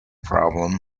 problem